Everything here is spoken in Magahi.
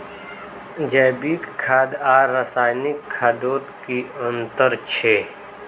जैविक खाद आर रासायनिक खादोत की अंतर छे?